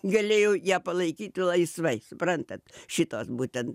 galėjo ją palaikyti laisvai suprantat šitos būtent